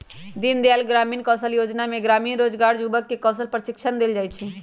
दीनदयाल ग्रामीण कौशल जोजना में ग्रामीण बेरोजगार जुबक के कौशल प्रशिक्षण देल जाइ छइ